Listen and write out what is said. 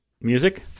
music